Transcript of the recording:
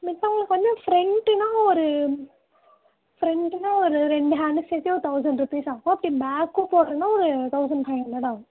மத்தவங்களுக்கு வந்து ஃப்ரண்ட்டுன்னால் ஒரு ஃப்ரண்ட்டுன்னால் ஒரு ரெண்டு ஹேண்டுக்கு சேர்த்து ஒரு தௌசண்ட் ருபீஸ் ஆகும் அப்படி பேக்கும் போடணுன்னா ஒரு தௌசண்ட் ஃபைவ் ஹண்ட்ரெட் ஆகும்